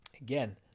Again